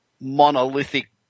monolithic